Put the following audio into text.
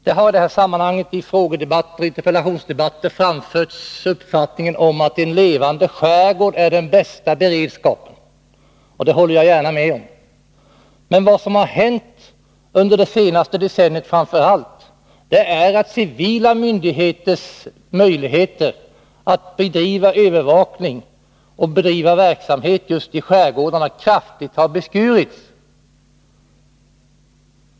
Det har i detta sammanhang i frågedebatter och interpellationsdebatter framförts uppfattningen, att en levande skärgård är den bästa beredskapen, och det håller jag gärna med om. Men vad som hänt under det senaste decenniet är framför allt att civila myndigheters möjligheter att bedriva övervakning och annan verksamhet i just skärgården kraftigt beskurits.